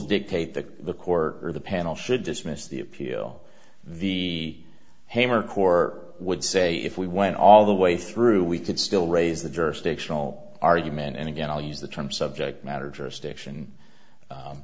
dictate that the court or the panel should dismiss the appeal the hammer corps would say if we went all the way through we could still raise the jurisdictional argument and again i'll use the term subject matter jurisdiction